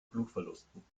blutverlusten